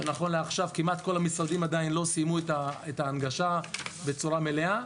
שנכון לעכשיו כמעט כל המשרדים עדיין לא סיימו את ההנגשה בצורה מלאה.